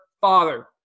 father